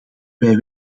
wij